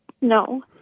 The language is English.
No